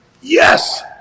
Yes